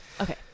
Okay